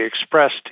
expressed